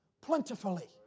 plentifully